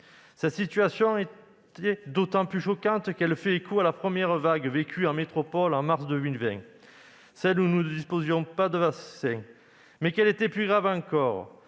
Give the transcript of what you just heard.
Cette situation était d'autant plus choquante qu'elle faisait écho à la première vague vécue en métropole en mars 2020, durant laquelle nous ne disposions pas de vaccin. Mais elle était plus grave encore